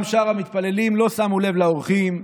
גם שאר המתפללים לא שמו לב לאורחים,